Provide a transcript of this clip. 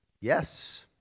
yes